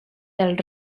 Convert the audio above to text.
del